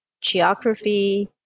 geography